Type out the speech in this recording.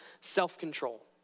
self-control